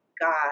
God